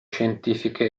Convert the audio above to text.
scientifiche